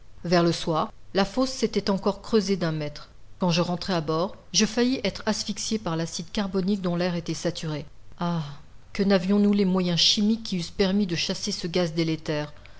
vers le soir la fosse s'était encore creusée d'un mètre quand je rentrai à bord je faillis être asphyxié par l'acide carbonique dont l'air était saturé ah que navions nous les moyens chimiques qui eussent permis de chasser ce gaz délétère